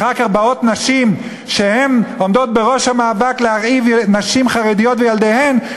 אחר כך באות נשים שעומדות בראש המאבק להרעבת נשים חרדיות וילדיהן,